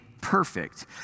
perfect